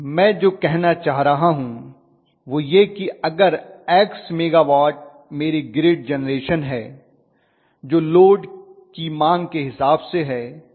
मैं जो कहना चाह रहा हूं वह यह कि अगर X मेगावाट मेरी ग्रिड जेनरेशन है जो लोड की मांग के हिसाब से है